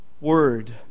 word